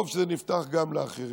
טוב שזה נפתח גם לאחרים.